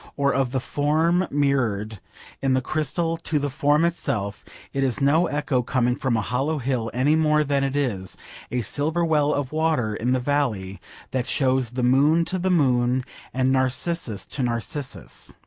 or of the form mirrored in the crystal to the form itself it is no echo coming from a hollow hill, any more than it is a silver well of water in the valley that shows the moon to the moon and narcissus to narcissus.